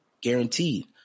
Guaranteed